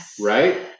right